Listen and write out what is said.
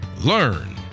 learn